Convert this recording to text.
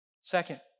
Second